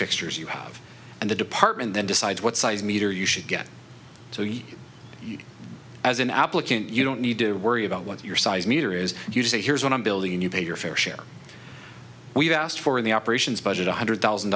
fixtures you have and the department then decides what size meter you should get so you as an applicant you don't need to worry about what your size meter is and you say here's what i'm building a new pay your fair share we've asked for in the operations budget one hundred thousand